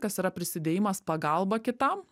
kas yra prisidėjimas pagalba kitam